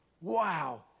wow